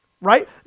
right